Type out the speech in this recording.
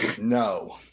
No